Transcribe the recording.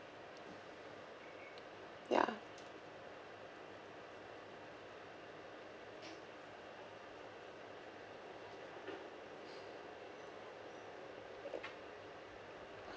ya